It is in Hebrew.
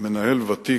מנהל ותיק,